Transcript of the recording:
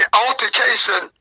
altercation